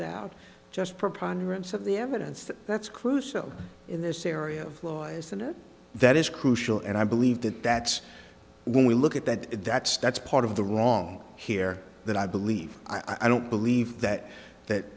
doubt just preponderance of the evidence that that's crucial in this area of law is and that is crucial and i believe that that's when we look at that that starts part of the wrong here that i believe i don't believe that that